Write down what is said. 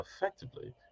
effectively